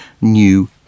new